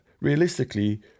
realistically